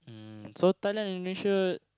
mm so Thailand Indonesia